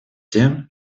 тем